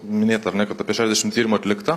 minėta ar ne kad apie šešiasdešimt tyrimų atlikta